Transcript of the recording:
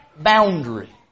boundary